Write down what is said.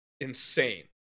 insane